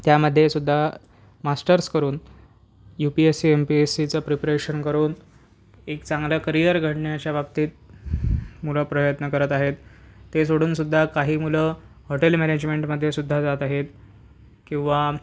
त्यामध्येसुद्धा मास्टर्स करून U P S C M P S सीचं प्रिपरेशन करून एक चांगलं करिअर घडण्याच्या बाबतीत मुलं प्रयत्न करत आहेत ते सोडूनसुद्धा काही मुलं हॉटेल मॅनेजमेंटमध्येसुद्धा जात आहेत किंवा